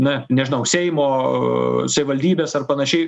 na nežinau seimo savivaldybės ar panašiai